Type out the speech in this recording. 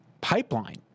pipeline